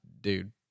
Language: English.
dude